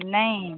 नहीं